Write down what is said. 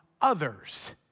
others